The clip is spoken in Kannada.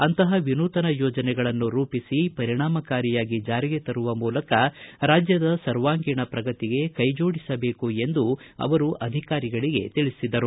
ಅಂತಹ ವಿನೂತನ ಯೋಜನೆಗಳನ್ನು ರೂಪಿಸಿ ಪರಿಣಾಮಕಾರಿಯಾಗಿ ಜಾರಿಗೆ ತರುವ ಮೂಲಕ ರಾಜ್ಯದ ಸರ್ವಾಂಗೀಣ ಪ್ರಗತಿಗೆ ಕೈಜೋಡಿಸಬೇಕು ಎಂದು ಅವರು ಅಧಿಕಾರಿಗಳಿಗೆ ತಿಳಿಸಿದರು